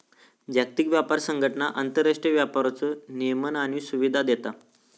जागतिक व्यापार संघटना आंतरराष्ट्रीय व्यापाराचो नियमन आणि सुविधा देता